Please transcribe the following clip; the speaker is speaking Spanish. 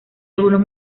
algunos